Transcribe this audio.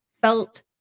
felt